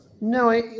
No